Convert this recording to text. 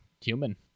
human